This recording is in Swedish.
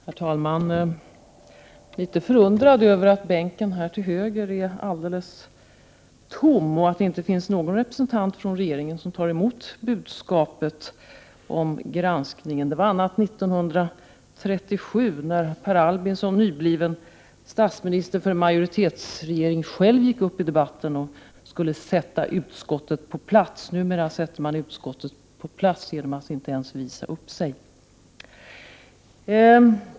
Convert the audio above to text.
Herr talman! Jag är litet förundrad över att bänken till höger är alldeles tom och att det inte finns någon representant från regeringen som tar emot budskapet om granskningen. Det var annat 1937 när Per Albin Hansson som nybliven statsminister för majoritetsregeringen själv gick upp i debatten och skulle sätta utskottet på plats. Numera sätter man utskottet på plats genom att inte ens visa upp sig.